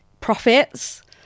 profits